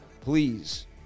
Please